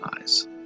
eyes